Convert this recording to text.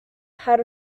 had